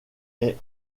est